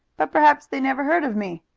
but perhaps they never heard of me,